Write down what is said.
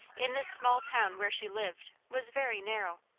in this small town where she lived, was very narrow.